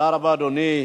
תודה רבה, אדוני.